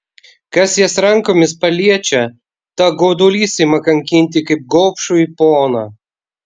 kas jas rankomis paliečia tą godulys ima kankinti kaip gobšųjį poną